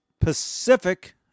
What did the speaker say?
pacific